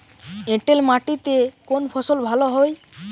এঁটেল মাটিতে কোন ফসল ভালো হয়?